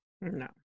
No